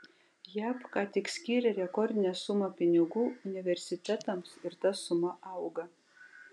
jav ką tik skyrė rekordinę sumą pinigų universitetams ir ta suma auga